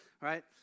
right